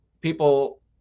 people